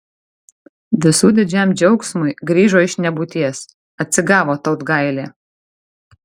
visų didžiam džiaugsmui grįžo iš nebūties atsigavo tautgailė